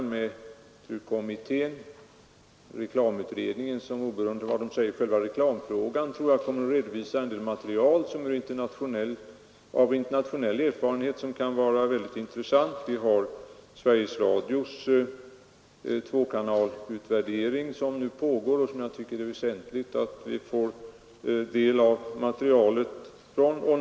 Vi har TRU-kommittén, vi har reklamutredningen — som oberoende av vad den säger i själva reklamfrågan nog kommer att redovisa en del material av internationella erfarenheter som kan vara väldigt intressant —, vi har Sveriges Radios tvåkanalsutvärdering, som nu pågår och som jag tycker det är väsentligt att vi får del av materialet från.